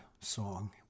song